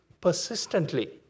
persistently